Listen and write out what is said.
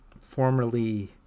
Formerly